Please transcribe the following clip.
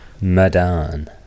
Madan